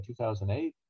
2008